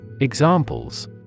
Examples